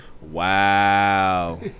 Wow